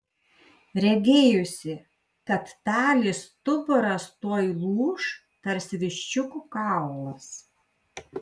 regėjosi kad talės stuburas tuoj lūš tarsi viščiuko kaulas